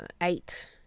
eight